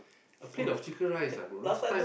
a plate of chicken rice ah bro last time